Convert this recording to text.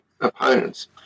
opponents